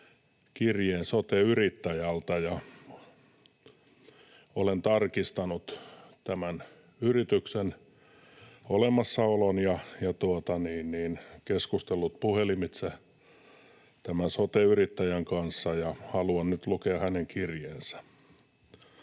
kirjeen sote-yrittäjältä. Olen tarkistanut tämän yrityksen olemassaolon ja keskustellut puhelimitse tämän sote-yrittäjän kanssa ja haluan nyt lukea hänen kirjeensä.